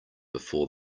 before